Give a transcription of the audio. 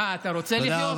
אה, אתה רוצה לחיות?